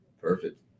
Perfect